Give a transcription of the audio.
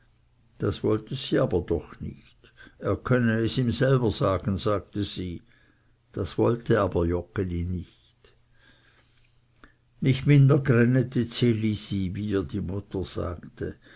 das wollte sie aber doch nicht er könne es ihm selber sagen sagte sie das wollte aber joggeli nicht nicht minder grännete ds elisi wie ihr die mutter sagte